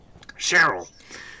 Cheryl